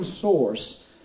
source